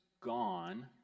gone